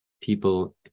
people